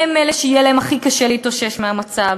הם אלה שיהיה לכם הכי קשה להתאושש מהמצב,